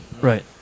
Right